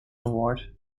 award